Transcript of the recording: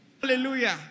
Hallelujah